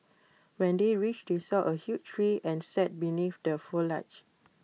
when they reached they saw A huge tree and sat beneath the foliage